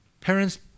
parents